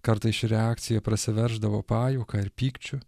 kartais ši reakcija prasiverždavo pajuoka ir pykčiu